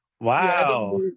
Wow